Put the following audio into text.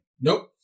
nope